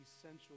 essential